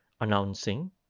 announcing